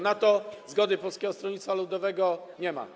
Na to zgody Polskiego Stronnictwa Ludowego nie ma.